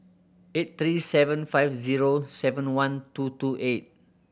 eight three seven five zero seven one two two eight